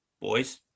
boys